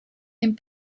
and